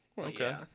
Okay